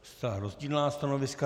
Zcela rozdílná stanoviska.